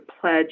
pledge